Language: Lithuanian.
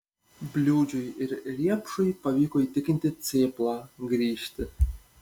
bliūdžiui ir riepšui pavyko įtikinti cėplą grįžti